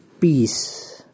Peace